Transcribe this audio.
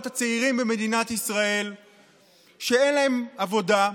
הצעירים במדינת ישראל שאין להם עבודה?